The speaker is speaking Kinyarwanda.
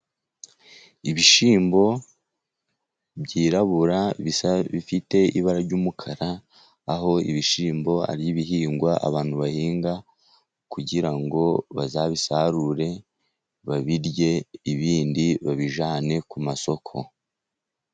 Ibishyimbo byirabura bifite ibara ry'umukara, aho ibishyimbo ari ibihingwa abantu bahinga, kugira ngo bazabisarure babirye, ibindi babijyane ku masoko.